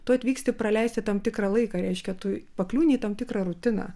tu atvyksti praleisti tam tikrą laiką reiškia tu pakliūni į tam tikrą rutiną